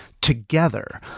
together